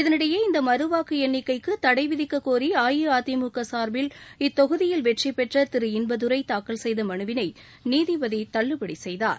இதனிடையே இந்த மறுவாக்கு எண்ணிக்கைக்கு தடை விதிக்க கோரி அஇஅதிமுக சார்பில் இத்தொகுதியில் வெற்றிபெற்ற திரு இன்பதுரை தாக்கல் செய்த மனுவினை நீதிபதி தள்ளுபடி செய்தார்